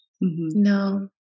No